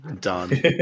Done